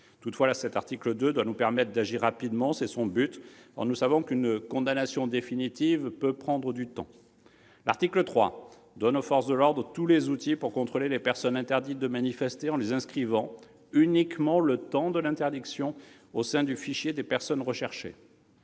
Toutefois, cet article doit nous permettre d'agir rapidement : c'est son but. Or nous savons qu'une condamnation définitive peut prendre du temps. L'article 3 donne aux forces de l'ordre tous les outils pour contrôler les personnes interdites de manifester en les inscrivant, uniquement le temps de l'interdiction, sur le fichier des personnes recherchées.